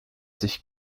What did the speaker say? sich